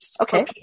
okay